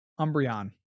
Umbreon